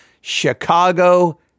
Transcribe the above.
Chicago